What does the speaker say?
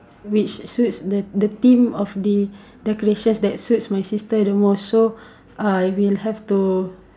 which suits the theme of the decoration that suits my sister the most so I will have to